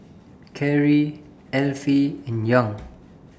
Kerry Alfie and Young